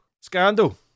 Scandal